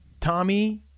Tommy